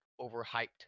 overhyped